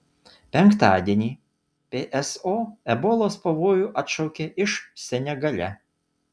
penktadienį pso ebolos pavojų atšaukė iš senegale